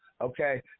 okay